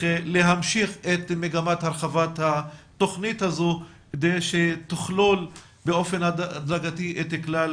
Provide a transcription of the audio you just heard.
להמשיך את מגמת הרחבת התכנית כדי שתכלול באופן הדרגתי את כלל